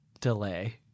delay